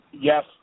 yes